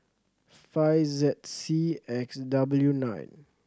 five Z C X W nine